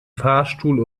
fahrstuhl